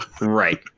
Right